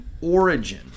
origin